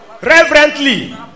Reverently